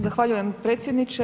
Zahvaljujem predsjedniče.